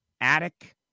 attic